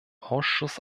ausschuss